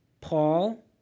Paul